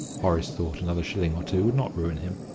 horace thought another shilling or two would not ruin him,